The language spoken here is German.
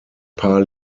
paar